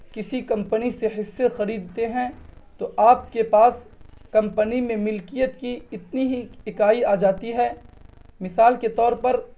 کسی کمپنی سے حصے خریدتے ہیں تو آپ کے پاس کمپنی میں ملکیت کی اتنی ہی اکائی آ جاتی ہے مثال کے طور پر